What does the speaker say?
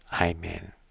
Amen